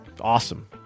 awesome